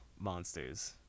monsters